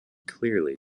clearly